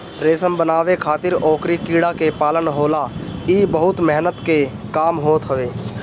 रेशम बनावे खातिर ओकरी कीड़ा के पालन होला इ बहुते मेहनत के काम होत हवे